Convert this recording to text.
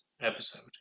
episode